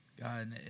God